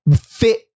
fit